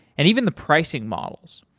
and even the pricing models.